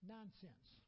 Nonsense